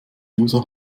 user